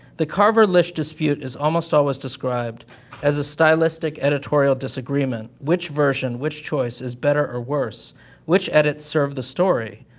the carver-lish dispute is almost always described as a stylistic, editorial disagreement which version, which choice, is better or worse which edits serve the story?